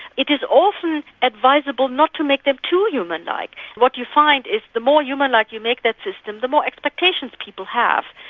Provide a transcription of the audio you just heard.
it is often advisable not to make them too humanlike. what you find it is the more humanlike you make that system, the more expectations people have.